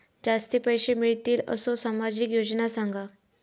जास्ती पैशे मिळतील असो सामाजिक योजना सांगा?